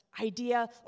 idea